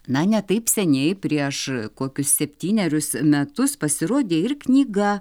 na ne taip seniai prieš kokius septynerius metus pasirodė ir knyga